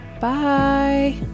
Bye